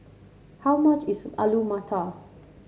how much is Alu Matar